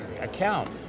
account